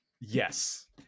Yes